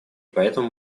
поэтому